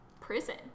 prison